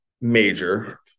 major